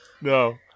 No